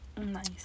Nice